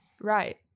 Right